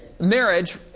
Marriage